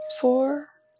four